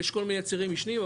יש כל מיני צירים משניים,